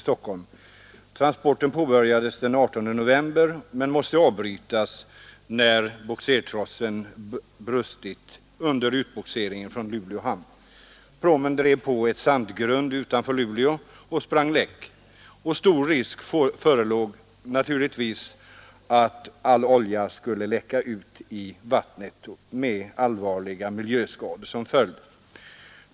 Transporten påbörjades den 18 november men måste avbrytas sedan bogsertrossen brustit under utbogseringen från Luleå hamn. Pråmen drev på ett sandgrund utanför Luleå och sprang läck. Stor risk förelåg naturligtvis för att oljan skulle rinna ut i vattnet med allvarliga miljöskador som följd.